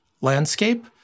landscape